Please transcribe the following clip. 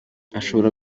ashobora